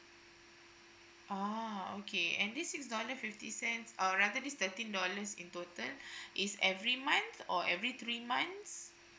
oh okay and this six dollar fifty cents uh rounded this thirteen dollars in total is every month or every three months